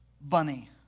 bunny